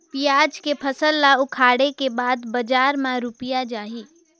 पियाज के फसल ला उखाड़े के बाद बजार मा रुपिया जाही?